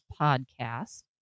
podcast